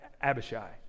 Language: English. Abishai